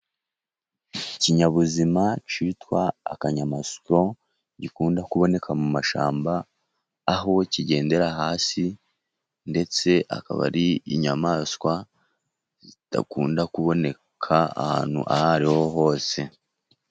Ikinyabuzima cyitwa akanyamasyo gikunda kuboneka mu mashyamba aho kigendera hasi ndetse akaba ari inyamaswa zidakunda kuboneka ahantu aho ariho hose.